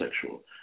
sexual